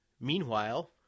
Meanwhile